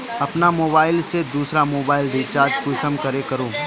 अपना मोबाईल से दुसरा मोबाईल रिचार्ज कुंसम करे करूम?